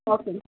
okay